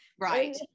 Right